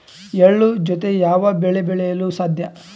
ಎಳ್ಳು ಜೂತೆ ಯಾವ ಬೆಳೆ ಬೆಳೆಯಲು ಸಾಧ್ಯ?